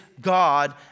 God